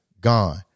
gone